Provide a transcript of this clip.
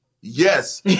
Yes